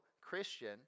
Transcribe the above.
Christian